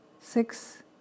six